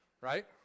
right